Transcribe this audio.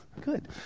good